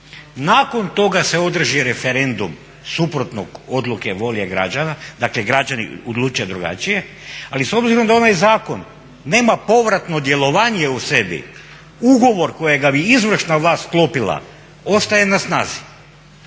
nakon toga se održi referendum suprotno odluke volje građana, dakle građani odluče drugačije, ali s obzirom da onaj zakon nema povrtno djelovanje u sebi ugovor kojega bi izvršna vlast sklopila ostaje na snazi.